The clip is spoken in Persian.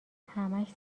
همش